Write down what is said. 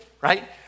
right